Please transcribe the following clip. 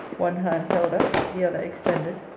one hand held up, the other extended,